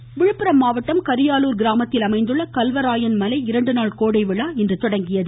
கோடை விழா விழுப்புரம் மாவட்டம் கரியாலூர் கிராமத்தில் அமைந்துள்ள கல்வராயன் மலை இரண்டு நாள் கோடை விழா இன்று தொடங்கியது